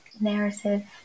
narrative